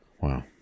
wow